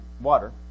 water